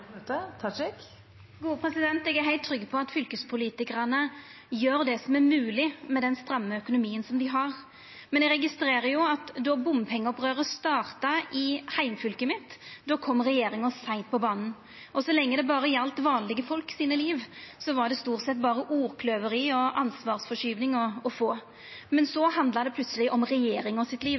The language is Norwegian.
Eg er heilt trygg på at fylkespolitikarane gjer det som er mogleg med den stramme økonomien dei har, men eg registrerer jo at då bompengeopprøret starta, i heimfylket mitt, kom regjeringa seint på banen. Så lenge det berre gjaldt vanlege folk sine liv, var det stort sett berre ordkløyveri og ansvarsforskyving å få. Men så handla det plutseleg om regjeringa sitt liv.